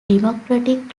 democratic